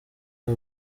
aba